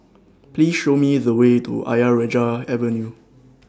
Please Show Me The Way to Ayer Rajah Avenue